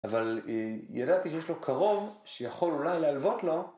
אבל ידעתי שיש לו קרוב שיכול אולי להלוות לו.